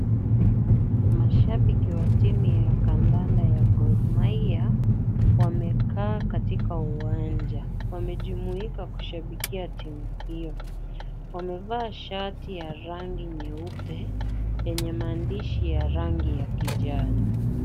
Mashabiki wa timu ya kandanda ya Gor Mahia, wamekaa katika uwanja. Wamejumuika kushabikia timu hiyo. Wamevaa shati ya rangi nyeupe yenye maandishi ya rangi ya kijani.